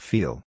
Feel